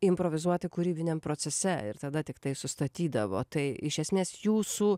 improvizuoti kūrybiniam procese ir tada tiktai sustatydavo tai iš esmės jūsų